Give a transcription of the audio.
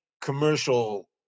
commercial